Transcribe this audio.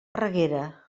reguera